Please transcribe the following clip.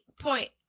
point